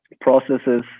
processes